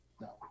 No